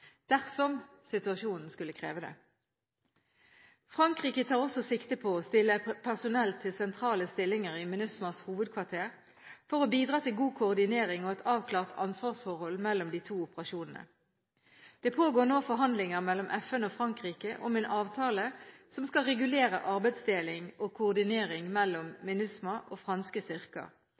dersom situasjonen skulle kreve det. Frankrike tar også sikte på å stille personell til sentrale stillinger i MINUSMAs hovedkvarter for å bidra til god koordinering og et avklart ansvarsforhold mellom de to operasjonene. Det pågår nå forhandlinger mellom FN og Frankrike om en avtale som skal regulere arbeidsdeling og koordinering mellom MINUSMA og franske